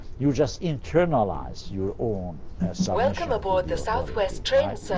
you just internalize your own submission to the authority. right?